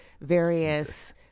various